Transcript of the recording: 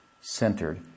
Centered